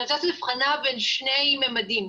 אני רוצה לעשות הבחנה בין שני מדדים.